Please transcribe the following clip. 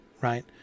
right